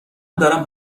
دارم